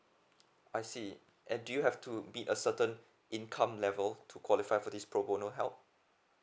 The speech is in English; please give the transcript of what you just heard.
I see and do you have to be a certain income level to qualify for this pro bono help